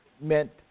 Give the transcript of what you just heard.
meant